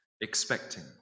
expecting